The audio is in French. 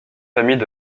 famille